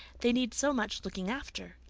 they need so much looking after.